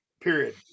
period